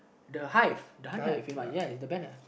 the hive the honey hive you know what ya it's the banner